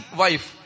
wife